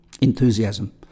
enthusiasm